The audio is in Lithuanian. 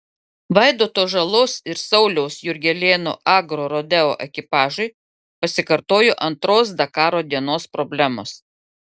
vaidoto žalos ir sauliaus jurgelėno agrorodeo ekipažui pasikartojo antros dakaro dienos problemos